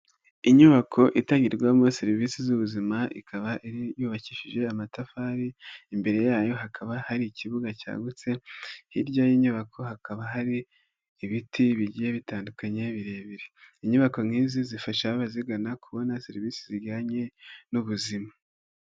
Inyubako itangirwamo serivisi z'ubuzima. Ikaba yubakishije amatafari. Imbere yayo hakaba hari ikibuga cyagutse. Hirya y'inyubako hakaba hari ibiti bigiye bitandukanye birebire. Inyubako nk'izi zifasha abazigana kubona serivisi zijyanye n'ubuzima.